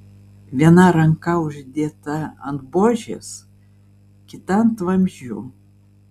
viena ranka uždėta ant buožės kita ant vamzdžių